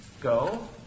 go